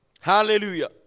Hallelujah